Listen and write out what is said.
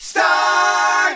Star